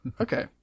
Okay